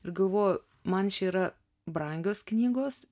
ir galvoju man čia yra brangios knygos